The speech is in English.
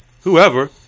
whoever